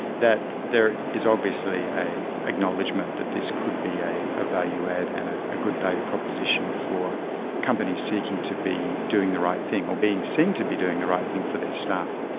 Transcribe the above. that there is obviously an acknowledgement that this could be a a value-add and a good value proposition for companies seeking to be doing the right thing or being seen to be doing the right thing for their staff.